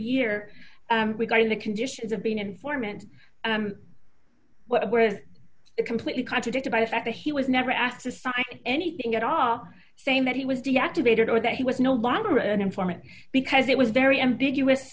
year regarding the conditions of being an informant what was completely contradicted by the fact that he was never asked to sign anything at all saying that he was deactivated or that he was no longer an informant because it was very ambiguous